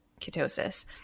ketosis